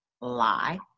lie